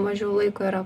mažiau laiko yra